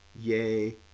yay